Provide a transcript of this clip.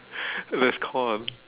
there's corn